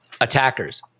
attackers